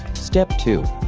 step two.